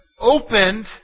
opened